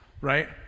Right